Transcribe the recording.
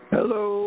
Hello